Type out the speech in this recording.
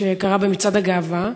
שקרה במצעד הגאווה.